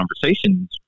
conversations